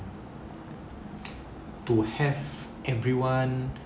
to have everyone